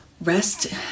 rest